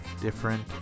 different